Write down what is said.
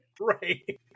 Right